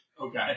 Okay